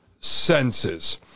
senses